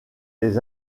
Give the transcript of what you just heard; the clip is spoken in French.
les